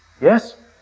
Yes